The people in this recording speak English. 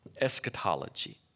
eschatology